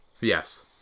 Yes